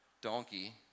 donkey